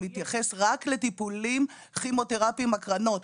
מתייחס רק לטיפולים כימותרפיים והקרנות.